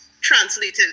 translated